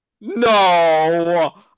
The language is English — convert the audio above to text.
No